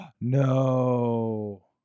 No